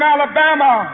Alabama